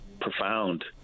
profound